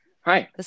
Hi